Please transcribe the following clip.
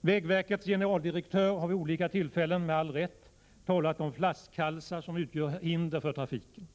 Vägverkets generaldirektör har vid olika tillfällen med all rätt talat om flaskhalsar som utgör hinder för trafiken.